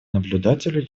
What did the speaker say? наблюдателю